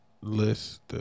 list